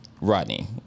Rodney